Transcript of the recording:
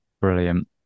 brilliant